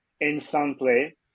instantly